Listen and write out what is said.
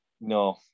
no